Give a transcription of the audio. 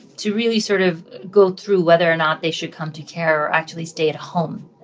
to really sort of go through whether or not they should come to care or actually stay at home.